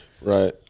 Right